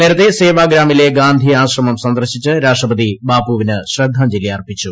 നേരത്തെ സേവാഗ്രാമിലെ ഗാന്ധി ആശ്രമം സന്ദർശിച്ച് രാഷ്ട്രപതി ബാപ്പുവിന് ശ്രദ്ധാഞ്ജലി അർപ്പിച്ചു